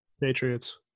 Patriots